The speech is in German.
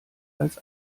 als